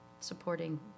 supporting